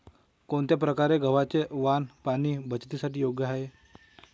कोणत्या प्रकारचे गव्हाचे वाण पाणी बचतीसाठी योग्य आहे?